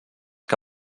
que